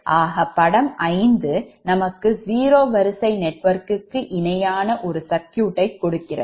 ஆக படம் 5 நமக்கு 0 வரிசை நெட்வொர்க்கு இணையான ஒரு சர்க்யூட்டை கொடுக்கிறது